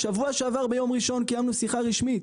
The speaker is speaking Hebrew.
שבוע שעבר ביום ראשון קיימנו שיחה רשמית.